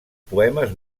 poemes